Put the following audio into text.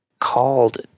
called